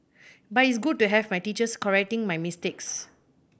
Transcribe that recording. but it's good to have my teachers correcting my mistakes